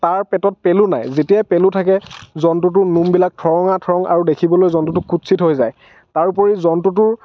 তাৰ পেটত পেলু নাই কাৰণ যেতিয়াই পেলু থাকে জন্তুটোৰ নোমবিলাক ঠৰঙা ঠৰং আৰু দেখিবলৈ জন্তুটো কুৎসিত হৈ যায় তাৰোপৰি জন্তুটোৰ